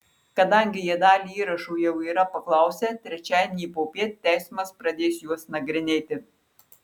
kadangi jie dalį įrašų jau yra paklausę trečiadienį popiet teismas pradės juos nagrinėti